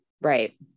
Right